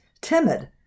timid